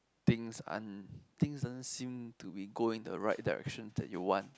things aren't things doesn't seem to be going the right direction that you want